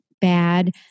bad